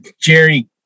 Jerry